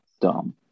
dumb